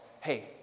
hey